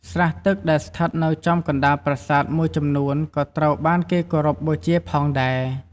ស្រះទឹកដែលស្ថិតនៅចំកណ្ដាលប្រាសាទមួយចំនួនក៏ត្រូវបានគេគោរពបូជាផងដែរ។